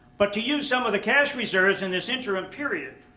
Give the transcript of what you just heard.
but to use some of the cash reserves in this interim period